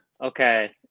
Okay